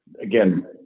again